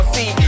See